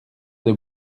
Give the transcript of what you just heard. dès